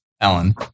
Ellen